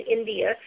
India